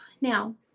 Now